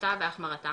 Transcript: התרחבותה והחמרתה